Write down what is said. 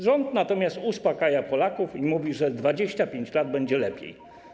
Rząd natomiast uspokaja Polaków i mówi, że 25 lat będzie lepiej.